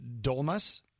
dolmas